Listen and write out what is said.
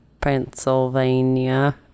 Pennsylvania